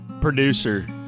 Producer